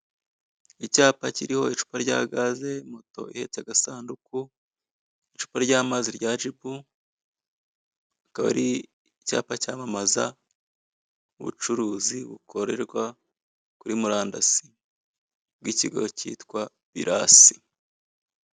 Icyapa kiriho icupa rya gaze moto ihetse agasanduku icupa ry'amazi rya jibu akaba ari icyapa cyamamaza ubucuruzi bukorerwa kuri murandasi bw'ikigo kitwa irasi.